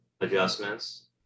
adjustments